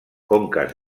conques